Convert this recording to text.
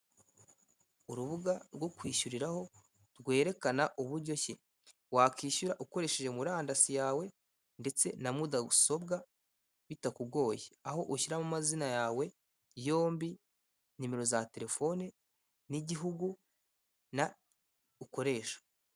Urubuga rwo kwishyuriraho rwerekana uburyo ki wakwishyura ukoresheje murandasi yawe ndetse na mudasobwa bitakugoye aho ushyiramo amazina yawe yombi nimero za telefone n'igihugu ukoresha.